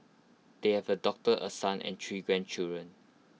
they have A doctor A son and three grandchildren